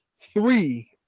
three